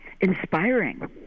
inspiring